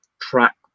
track